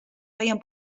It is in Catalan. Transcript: feien